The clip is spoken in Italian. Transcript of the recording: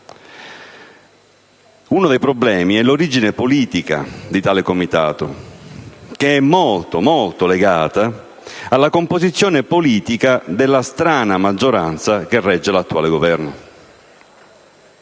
Uno dei problemi è l'origine politica di tale Comitato, che è molto, molto legata alla composizione politica della strana maggioranza che regge l'attuale Governo.